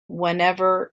whenever